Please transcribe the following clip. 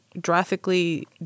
drastically